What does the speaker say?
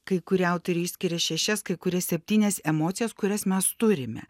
kai kurie autoriai išskiria šešias kai kurie septynias emocijas kurias mes turime